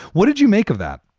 what did you make of that?